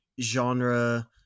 genre